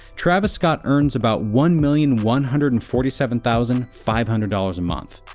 travis scott earns about one million one hundred and forty seven thousand five hundred dollars a month,